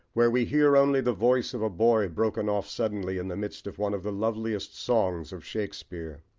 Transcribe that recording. where we hear only the voice of a boy broken off suddenly in the midst of one of the loveliest songs of shakespeare,